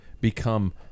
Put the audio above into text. become